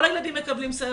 כל הילדים מקבלים סייעות.